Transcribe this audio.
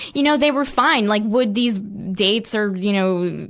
you know, they were fine. like would these dates or, you know,